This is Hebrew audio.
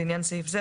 לעניין סעיף זה,